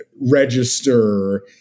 register